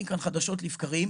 כאן חדשות לבקרים,